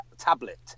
Tablet